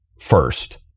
first